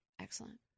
excellent